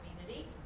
community